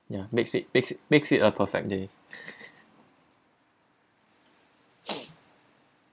ya makes it makes it makes it a perfect day